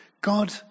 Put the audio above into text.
God